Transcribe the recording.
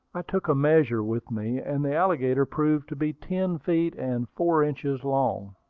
i took a measure with me, and the alligator proved to be ten feet and four inches long.